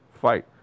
fight